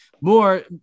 more